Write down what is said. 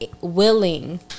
willing